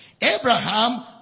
Abraham